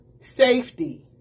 safety